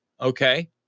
Okay